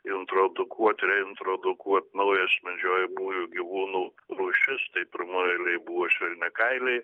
introedukuoti ir introedukuoti naujos medžiojamųjų gyvūnų rūšis tai pirmoje eilėje buvo švelniakailiai